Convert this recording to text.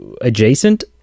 adjacent